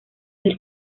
del